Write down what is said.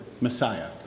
Messiah